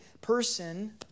person